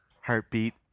Heartbeat